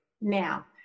Now